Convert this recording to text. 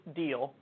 deal